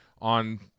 On